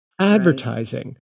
advertising